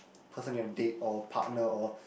person you want to date or partner or